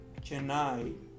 Chennai